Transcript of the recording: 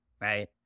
right